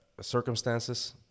circumstances